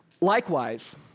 Likewise